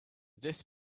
this